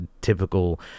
typical